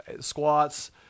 squats